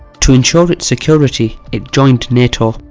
to ensure its security it joined nato,